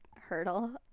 hurdle